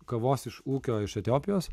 kavos iš ūkio iš etiopijos